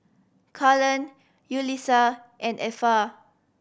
Cullen Yulissa and Effa